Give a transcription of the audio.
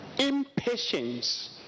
Impatience